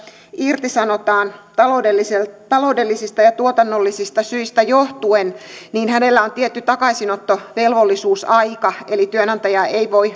irtisanotaan taloudellisista taloudellisista ja tuotannollisista syistä johtuen niin hänellä on tietty takaisinottovelvollisuusaika eli työnantaja ei voi